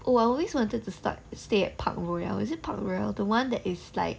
oh I always wanted to start stay at park royale is it park royale the one that's like